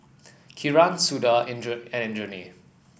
Kiran Suda and Indranee